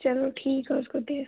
چَلو ٹھیٖک حظ گوٚو تیٚلہِ